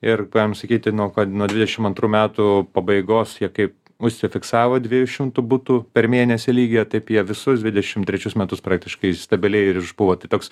ir galim sakyti nuo kad nuo dvidešimt antrų metų pabaigos jie kaip užsifiksavo dviejų šimtų butų per mėnesį lygyje taip jie visus dvidešimt trečius metus praktiškai stabiliai ir išbuvo tai toks